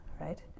right